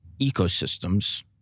ecosystems